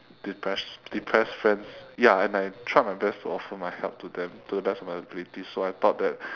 depressed depressed friends ya and I tried my best to offer my help to them to the best of my abilities so I thought that